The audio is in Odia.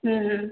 ହୁଁ ହୁଁ